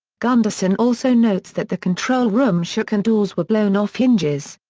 gundersen also notes that the control room shook and doors were blown off hinges.